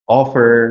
offer